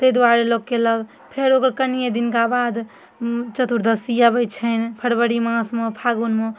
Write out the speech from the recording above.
ताहि दुआरे लोक कयलक फेर ओकर कनिये दिनका बाद चतुर्दशी अबैत छनि फरवरी मासमे फागुनमे